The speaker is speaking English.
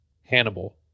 Hannibal